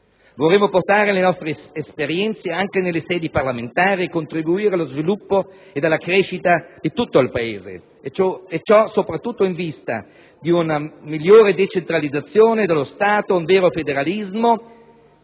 Vorremmo portare le nostre esperienze anche nelle sedi parlamentari e contribuire allo sviluppo ed alla crescita di tutto il Paese, e ciò soprattutto in vista di una migliore decentralizzazione dello Stato, un vero federalismo,